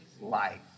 life